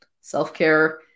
Self-care